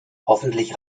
hoffentlich